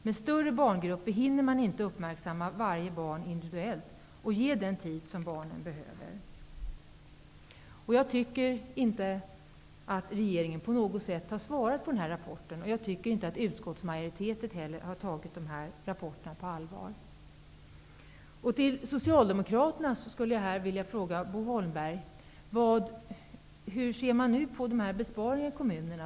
Med större barngrupper hinner man inte uppmärksamma varje barn individuellt och ge dem den tid som barn behöver. Jag tycker inte att regeringen på något sätt har svarat på den här rapporten. Jag tycker inte heller att utskottsmajoriteten har tagit rapporterna på allvar. Jag skulle vilja fråga Bo Holmberg hur man nu ser på dessa besparingar i kommunerna.